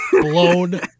blown